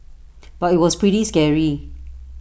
but IT was pretty scary